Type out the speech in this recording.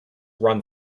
run